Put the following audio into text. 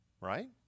right